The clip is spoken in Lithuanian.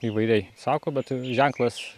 įvairiai sako bet ženklas